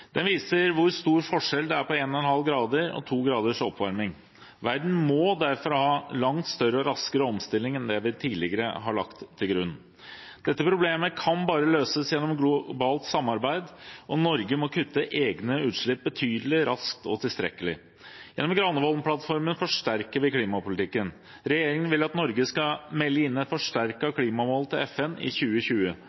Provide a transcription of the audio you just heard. viser hvor stor forskjell det er mellom 1,5 og 2 graders oppvarming. Verden må derfor ha en langt større og raskere omstilling enn det vi tidligere har lagt til grunn. Dette problemet kan bare løses gjennom globalt samarbeid, og Norge må kutte egne utslipp betydelig, raskt og tilstrekkelig. Gjennom Granavolden-plattformen forsterker vi klimapolitikken. Regjeringen vil at Norge skal melde inn